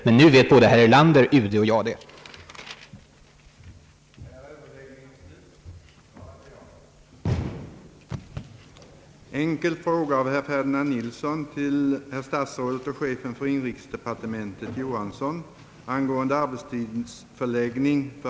Men nu hoppas jag, herr Erlander, UD och jag vet det.